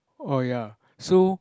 oh ya so